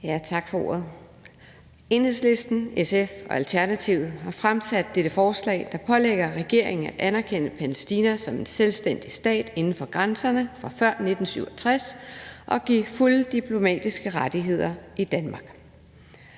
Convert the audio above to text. Tak for ordet. Enhedslisten, SF og Alternativet har fremsat dette forslag, der pålægger regeringen at anerkende Palæstina som en selvstændig stat inden for grænserne fra før 1967 og give fulde diplomatiske rettigheder i Danmark.